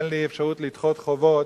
תן לי אפשרות לדחות חובות,